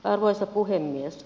arvoisa puhemies